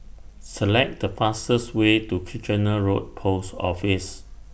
Select The fastest Way to Kitchener Road Post Office